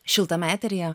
šiltame eteryje